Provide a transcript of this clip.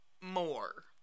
more